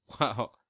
Wow